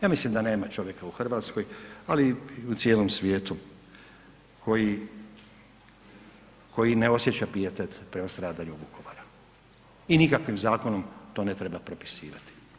Ja mislim da nema čovjeka u Hrvatskoj, ali i u cijelom svijetu koji ne osjeća pijetet prema stradanju Vukovara i nikakvim zakonom to ne treba propisivati.